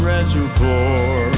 Reservoir